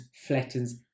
flattens